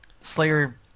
Slayer